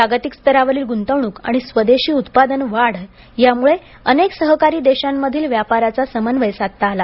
जागतिक स्तरावरील गुंतवणूक आणि स्वदेशी उत्पादन वाढ यामुळे अनेक सहकारी देशांमधील व्यापाराचा समन्वय साधता आला